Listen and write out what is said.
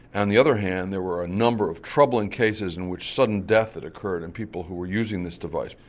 and the other hand there were a number of troubling cases in which sudden death had occurred in people who were using this device.